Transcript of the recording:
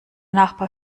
nachbar